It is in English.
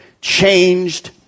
Changed